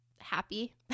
Happy